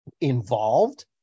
involved